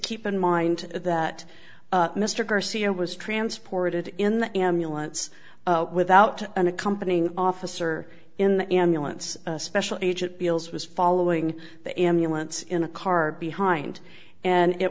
keep in mind that mr garcia was transported in the ambulance without an accompanying officer in the ambulance a special agent beals was following the ambulance in a car behind and it